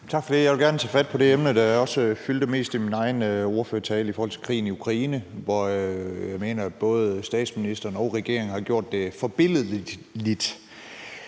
Tak for det. Jeg vil gerne tage fat på det emne, der også fyldte mest i min egen ordførertale, nemlig krigen i Ukraine, hvor jeg mener at både statsministeren og regeringen har gjort det forbilledligt.